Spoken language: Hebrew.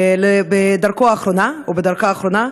בדרכו האחרונה או בדרכה האחרונה,